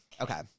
Okay